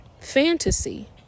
fantasy